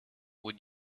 with